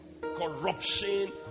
corruption